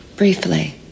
Briefly